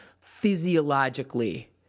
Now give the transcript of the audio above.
physiologically